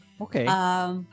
Okay